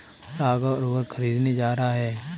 राघव उर्वरक खरीदने जा रहा है